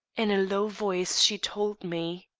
in a low voice she told me.